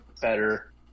better